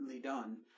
done